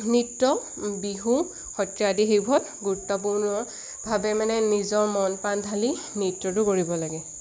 নৃত্য বিহু সত্ৰীয়া আদি সেইবোৰত গুৰুত্বপূৰ্ণভাৱে মানে নিজৰ মন প্ৰাণ ঢালি নৃত্যটো কৰিব লাগে